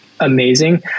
amazing